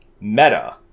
meta